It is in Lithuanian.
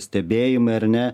stebėjimai ar ne